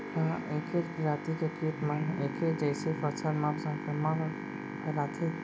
का ऐके प्रजाति के किट मन ऐके जइसे फसल म संक्रमण फइलाथें?